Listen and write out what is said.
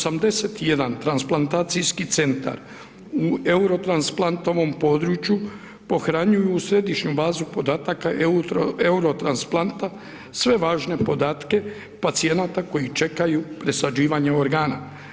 81 transplantacijski centar u Eurotransplantovom području pohranjuju u Središnju bazu podataka Eurotransplanta sve važne podatke pacijenata koji čekaju presađivanje organa.